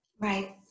Right